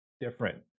different